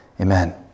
Amen